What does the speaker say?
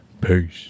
Peace